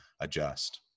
adjust